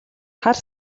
хар